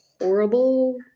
horrible